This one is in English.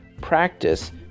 Practice